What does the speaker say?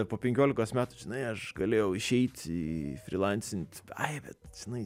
po penkiolikos metų žinai aš galėjau išeit į frilancint ai bet žinai